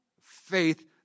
faith